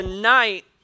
Tonight